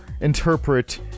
interpret